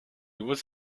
was